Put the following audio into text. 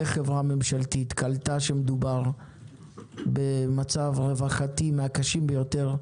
איך חברה ממשלתית קלטה שמדובר במצב רווחתי מהקשים ביותר,